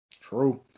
True